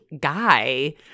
guy